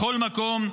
בכל מקום,